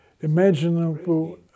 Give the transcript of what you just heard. imaginable